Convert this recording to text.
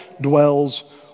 dwells